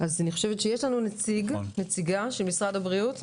אז אני חושבת שיש לנו נציגה של משרד הבריאות,